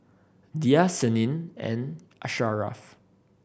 Dhia Senin and Asharaff